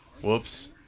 Whoops